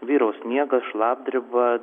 vyraus sniegas šlapdriba